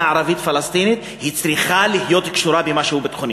הערבית-פלסטינית צריכה להיות קשורה למשהו ביטחוני,